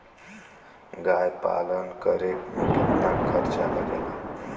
गाय पालन करे में कितना खर्चा लगेला?